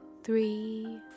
three